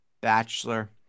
bachelor